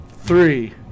three